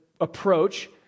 approach